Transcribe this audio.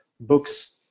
books